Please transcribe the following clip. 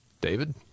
David